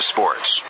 Sports